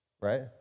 right